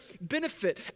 benefit